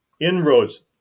inroads